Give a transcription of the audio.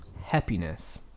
Happiness